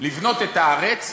לבנות את הארץ,